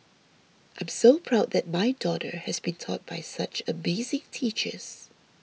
I'm so proud that my daughter has been taught by such amazing teachers